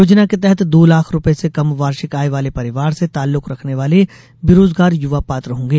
योजना के तहत दो लाख रूपये से कम वार्षिक आय वाले परिवार से ताल्लुक रखने वाले बेरोजगार युवा पात्र होंगे